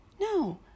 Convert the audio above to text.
No